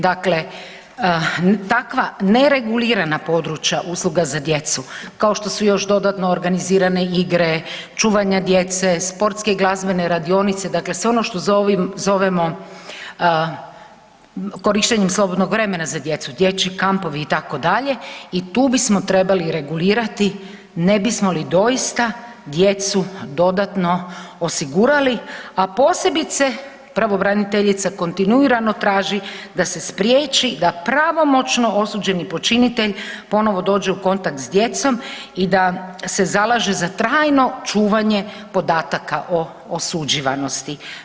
Dakle, takva ne regulirana područja usluga za djecu kao što su još dodatno organizirane igre čuvanja djece, sportske i glazbene radionice dakle sve ono što zovemo korištenjem slobodnog vremena za djecu, dječji kampovi itd. i tu bismo trebali regulirati ne bismo li doista djecu dodatno osigurali, a posebice pravobraniteljica kontinuirano traži da se spriječi da pravomoćno osuđeni počinitelj ponovno dođe u kontakt s djecom i da se zalaže za trajno čuvanje podataka o osuđivanosti.